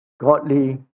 godly